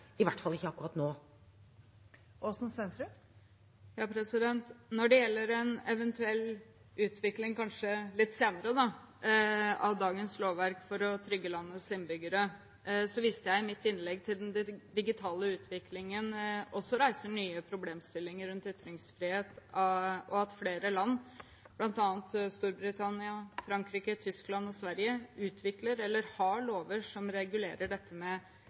i hvert fall ikke akkurat nå. Når det gjelder en eventuell utvikling – kanskje litt senere – av dagens lovverk for å trygge landets innbyggere, viste jeg i mitt innlegg til at den digitale utviklingen også reiser nye problemstillinger rundt ytringsfrihet, og at flere land, bl.a. Storbritannia, Frankrike, Tyskland og Sverige, utvikler lover eller har lover som regulerer redaktør- og tilretteleggeransvaret. Mener statsråden at Norge, i likhet med